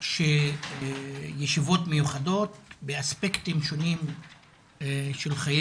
שישיבות מיוחדות באספקטים שונים של חיי